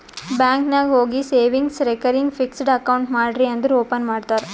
bank ನಾಗ್ ಹೋಗಿ savings, recurring, fixed account ಮಾಡ್ರಿ ಅಂದುರ್ ಓಪನ್ ಮಾಡ್ತಾರ್